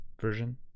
version